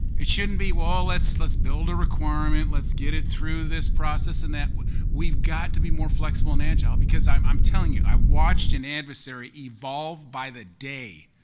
it shouldn't be, oh, well let's let's build a requirement. let's get it through this process and that. we've we've got to be more flexible and agile because i'm i'm telling you, i watched an adversary evolve by the day.